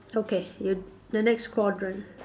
okay you the next quadrant